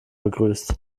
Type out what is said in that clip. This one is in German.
begrüßt